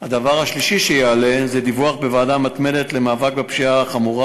3. דיווח בוועדה המתמדת למאבק בפשיעה החמורה